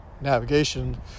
navigation